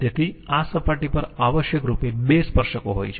તેથી આ સપાટી પર આવશ્યકરૂપે 2 સ્પર્શકો હોય છે